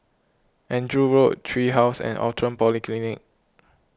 Andrew Road Tree House and Outram Polyclinic